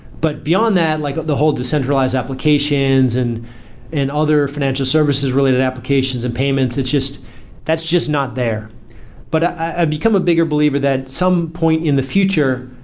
but beyond that like the whole decentralized applications and and other financial services really than applications and payments, that's just that's just not there but ah i've become a bigger believer that some point in the future,